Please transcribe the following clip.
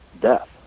death